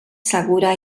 segura